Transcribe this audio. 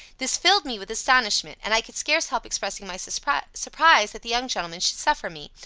this filled me with astonishment and i could scarce help expressing my surprise surprise that the young gentleman should suffer me,